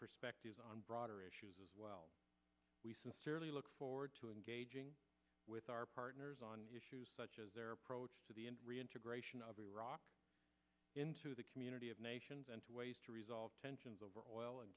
perspectives on broader issues as well we sincerely look forward to engaging with our partners on issues such as their approach to the reintegration of iraq into the community of nations and to ways to resolve tensions over oil and